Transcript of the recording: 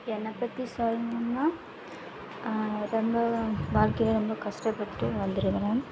என்னை பற்றி சொல்லணுன்னா ரொம்ப வாழ்க்கையை ரொம்ப கஷ்டப்பட்டு வந்துருக்கிறேன்